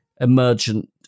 emergent